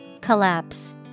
Collapse